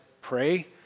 pray